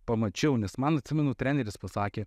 pamačiau nes man atsimenu treneris pasakė